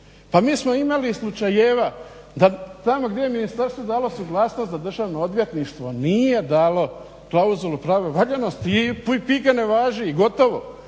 Pa mi smo imali slučajeva da tamo gdje je ministarstvo dalo suglasnost, da državno odvjetništvo nije dalo klauzulu pravne valjanosti i …/Govornik se